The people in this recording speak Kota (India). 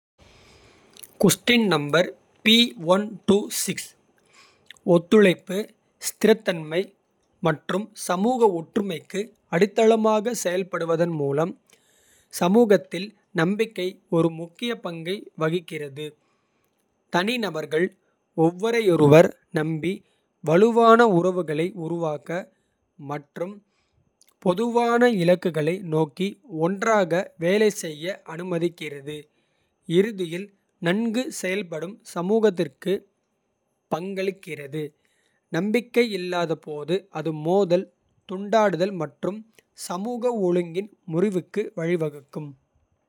ஒத்துழைப்பு ஸ்திரத்தன்மை மற்றும் சமூக ஒற்றுமைக்கு. அடித்தளமாக செயல்படுவதன் மூலம் சமூகத்தில் நம்பிக்கை. ஒரு முக்கிய பங்கை வகிக்கிறது தனிநபர்கள். ஒருவரையொருவர் நம்பி வலுவான உறவுகளை. உருவாக்க மற்றும் பொதுவான இலக்குகளை நோக்கி ஒன்றாக. வேலை செய்ய அனுமதிக்கிறது இறுதியில் நன்கு. செயல்படும் சமூகத்திற்கு பங்களிக்கிறது. நம்பிக்கை இல்லாத போது ​அது மோதல். துண்டாடுதல் மற்றும் சமூக ஒழுங்கின் முறிவுக்கு வழிவகுக்கும்.